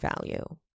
value